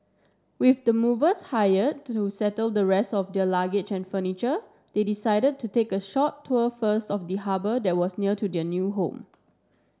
with the movers hire to settle the rest of their luggage and furniture they decided to take a short tour first of the harbour that was near to their new home